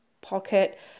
pocket